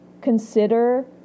consider